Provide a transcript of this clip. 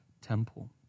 temple